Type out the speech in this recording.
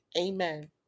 amen